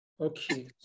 Okay